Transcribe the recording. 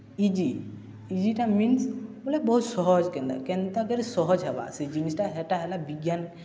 easy ଇଜିଟା means ବୋଲେ ବହୁତ୍ ସହଜ୍ କେନ୍ତା କେନ୍ତାକରି ସହଜ୍ ହେବା ସେ ଜିନିଷ୍ଟା ହେଟା ହେଲା ବିଜ୍ଞାନ୍